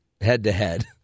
head-to-head